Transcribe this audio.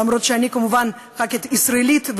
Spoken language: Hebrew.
אף שאני כמובן חברת כנסת ישראלית,